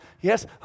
Yes